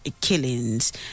killings